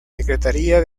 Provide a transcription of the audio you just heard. secretaría